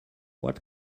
what